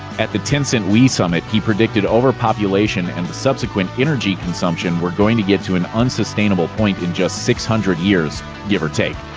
at the tencent we summit he predicted overpopulation and the subsequent energy consumption were going to get to an unsustainable point in just six hundred years, give or take.